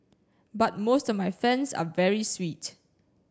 but most of my fans are very sweet